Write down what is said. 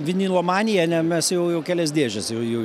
vinilo manija ne mes jau jau kelias dėžes jau jau